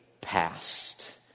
past